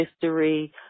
history